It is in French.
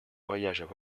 voyagent